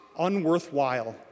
unworthwhile